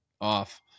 off